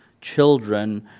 children